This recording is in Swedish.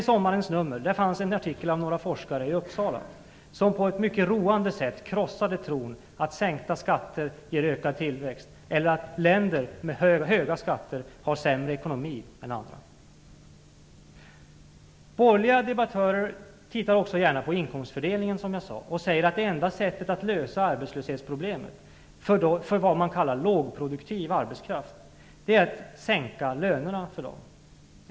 I sommarens nummer fanns en artikel av några forskare i Uppsala som på ett mycket roande sätt krossade tron på att sänkta skatter ger en ökad tillväxt eller att länder med höga skatter har sämre ekonomi än andra. Borgerliga debattörer tittar gärna på inkomstfördelningen, som jag sade, och säger att det enda sättet att lösa problemet med arbetslöshet när det gäller s.k. lågproduktiv arbetskraft är att sänka lönerna.